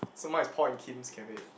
so mine is Paul and Kim's cafe